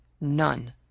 None